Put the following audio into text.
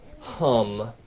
hum